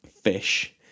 fish